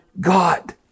God